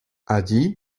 allí